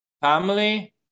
family